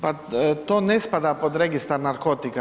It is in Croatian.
Pa to ne spada pod registar narkotika.